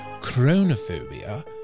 chronophobia